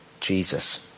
Jesus